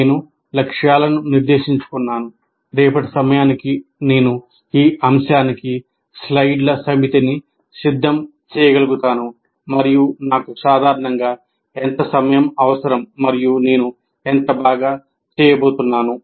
నేను లక్ష్యాలను నిర్దేశించుకున్నాను రేపటి సమయానికి నేను ఈ అంశానికి స్లైడ్ల సమితిని సిద్ధం చేయగలుగుతాను మరియు నాకు సాధారణంగా ఎంత సమయం అవసరం మరియు నేను ఎంత బాగా చేయబోతున్నాను